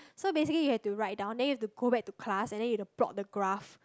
so basically you have to write down then you have to go back to class and then you've to plot the graph